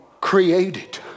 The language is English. created